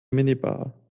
minibar